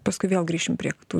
paskui vėl grįšim prie tų